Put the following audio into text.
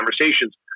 conversations